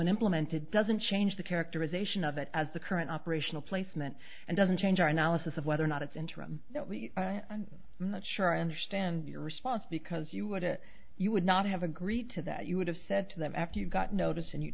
implementer it doesn't change the characterization of it as the current operational placement and doesn't change our analysis of whether or not it's interim i'm not sure i understand your response because you wouldn't you would not have agreed to that you would have said to them after you got notice and you